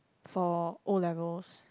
for O-levels